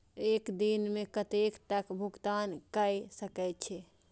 एक दिन में कतेक तक भुगतान कै सके छी